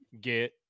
get